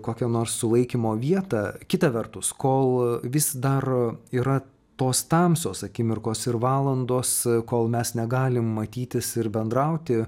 kokią nors sulaikymo vietą kita vertus kol vis dar yra tos tamsios akimirkos ir valandos kol mes negalim matytis ir bendrauti